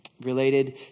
Related